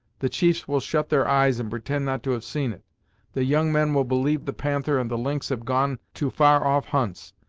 the chiefs will shut their eyes and pretend not to have seen it the young men will believe the panther and the lynx have gone to far off hunts,